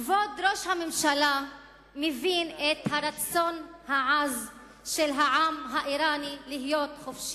כבוד ראש הממשלה מבין את הרצון העז של העם האירני להיות חופשי.